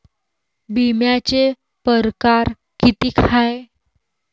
बिम्याचे परकार कितीक हाय?